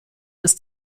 ist